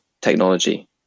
technology